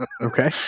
Okay